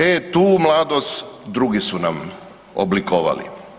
E tu mladost drugi su nam oblikovali.